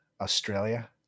australia